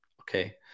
Okay